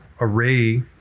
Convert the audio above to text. array